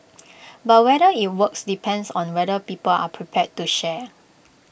but whether IT works depends on whether people are prepared to share